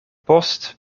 post